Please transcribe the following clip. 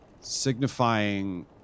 signifying